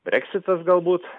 breksitas galbūt